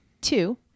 Two